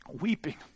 weeping